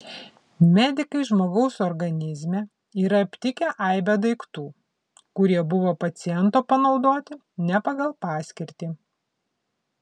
medikai žmogaus organizme yra aptikę aibę daiktų kurie buvo paciento panaudoti ne pagal paskirtį